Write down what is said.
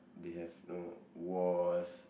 they have know wars